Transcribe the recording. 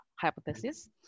hypothesis